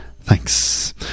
Thanks